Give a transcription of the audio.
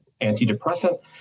antidepressant